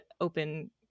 open